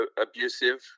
abusive